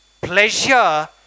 pleasure